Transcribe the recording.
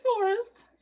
forest